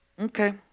Okay